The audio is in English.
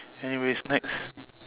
anyway next